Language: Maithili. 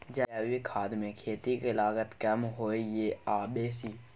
जैविक खाद मे खेती के लागत कम होय ये आ बेसी?